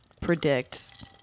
predict